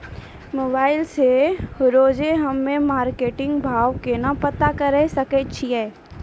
Mobile से रोजे हम्मे मार्केट भाव केना पता करे सकय छियै?